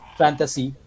fantasy